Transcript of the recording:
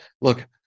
look